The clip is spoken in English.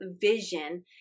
vision